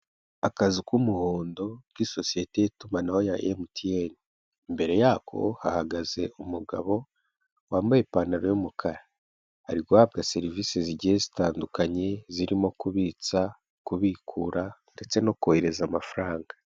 Akazu k'umuhondo k'isosiyete y'itumanaho ya mtn. Imbere yako hahagaze umugabo wambaye ipantaro y'umukara. Ari guhabwa serivisi zigiye zitandukanye zirimo; kubitsa, kubikura, ndetse no kohereza amafaranga.